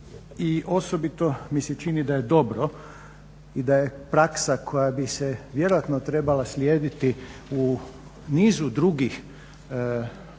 I osobito mi se čini da je dobro i da je praksa koja bi se vjerojatno trebala slijediti u nizu drugih zakona